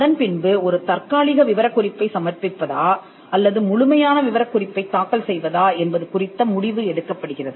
அதன்பின்பு ஒரு தற்காலிக விவரக்குறிப்பை சமர்ப்பிப்பதா அல்லது முழுமையான விவரக் குறிப்பைத் தாக்கல் செய்வதா என்பது குறித்த முடிவு எடுக்கப்படுகிறது